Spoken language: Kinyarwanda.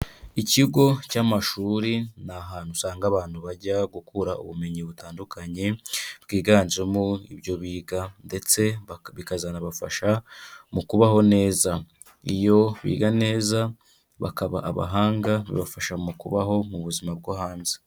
Ikigo cy'amashuri ni ahantu usanga abantu bajya gukura ubumenyi butandukanye, bwiganjemo ibyo biga ndetse bikazanabafasha mu kubaho neza, iyo biga neza bakaba abahanga bibafasha mu kubaho mu buzima bwo hanze.